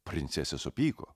princesė supyko